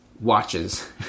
Watches